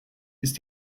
ist